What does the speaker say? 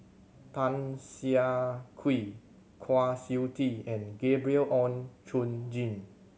Tan Siah Kwee Kwa Siew Tee and Gabriel Oon Chong Jin